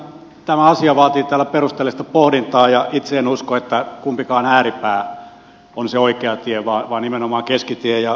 tosiaan tämä asia vaatii täällä perusteellista pohdintaa ja itse en usko että kumpikaan ääripää on se oikea tie vaan nimenomaan keskitie